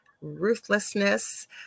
ruthlessness